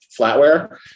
flatware